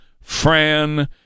Fran